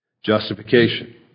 Justification